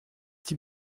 die